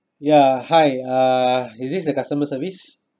ya hi uh is this the customer service